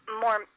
more